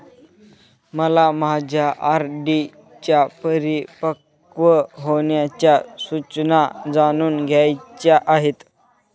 मला माझ्या आर.डी च्या परिपक्व होण्याच्या सूचना जाणून घ्यायच्या आहेत